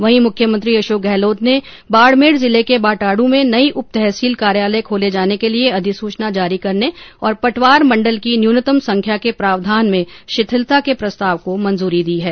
वहीं मुख्यमंत्री अशोक गहलोत ने बाड़मेर जिले के बाटाड़ू में नई उप तहसील कार्यालय खोले जाने के लिए अधिसूचना जारी करने और पटवार मण्डल की न्यूनतम संख्या के प्रावधान में शिथिलता के प्रस्ताव को मंजूरी दी है